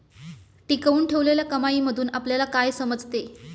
टिकवून ठेवलेल्या कमाईमधून आपल्याला काय समजते?